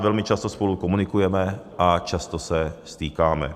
Velmi často spolu komunikujeme a často se stýkáme.